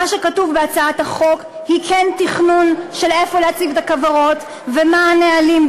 מה שכתוב בהצעת החוק הוא כן תכנון של איפה להציג את הכוורות ומה הנהלים,